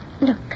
Look